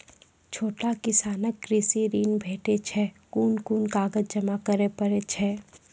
छोट किसानक कृषि ॠण भेटै छै? कून कून कागज जमा करे पड़े छै?